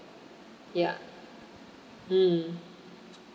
ya mm